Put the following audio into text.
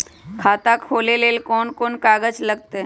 खाता खोले ले कौन कौन कागज लगतै?